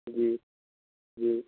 جی جی